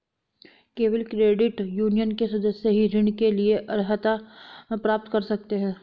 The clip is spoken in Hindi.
केवल क्रेडिट यूनियन के सदस्य ही ऋण के लिए अर्हता प्राप्त कर सकते हैं